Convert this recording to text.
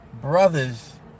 brothers